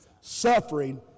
suffering